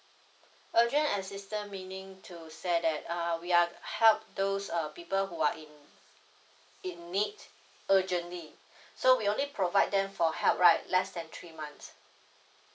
urgent assistance meaning to say that uh we are help those uh people who are in in need urgently so we only provide them for help right less than three months